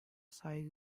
saygı